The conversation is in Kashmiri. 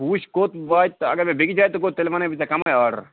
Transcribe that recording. بہٕ وُچھٕ کوٚت واتہِ تہٕ اگر مےٚ بیٚیِس جایہِ تہٕ گوٚو تیٚلہِ وَنَے بہٕ ژےٚ کَمٕے آرڈر